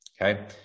okay